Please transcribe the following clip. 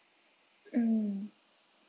mm